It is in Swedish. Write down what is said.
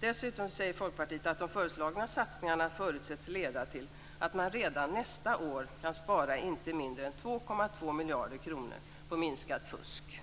Dessutom säger Folkpartiet att de föreslagna satsningarna förutses leda till att man redan nästa år kan spara inte mindre än 2,2 miljarder kronor på minskat fusk.